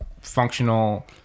functional